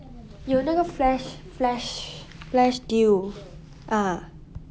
有那个 flash flash flash deal ah